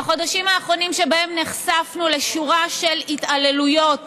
שבהם נחשפנו לשורה של התעללויות